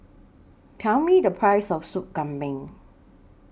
Tell Me The Price of Soup Kambing